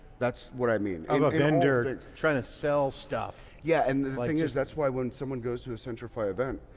that's what i mean. like um a vendor trying to sell stuff. yeah and the thing is, that's why when someone goes to a centrify event,